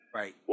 right